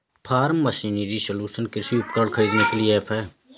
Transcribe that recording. form machinery solution कृषि उपकरण खरीदने के लिए ऐप है